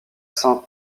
saint